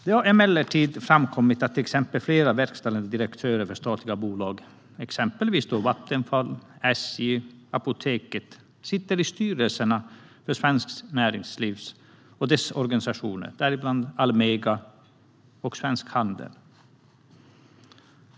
Det har emellertid framkommit att exempelvis flera verkställande direktörer för statliga bolag, bland andra Vattenfall, SJ och Apoteket, sitter i styrelserna för Svenskt Näringsliv och dess organisationer, däribland Almega och Svensk Handel.